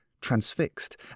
transfixed